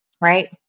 right